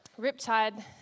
Riptide